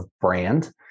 brand